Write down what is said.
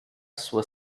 sua